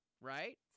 right